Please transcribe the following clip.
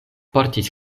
portis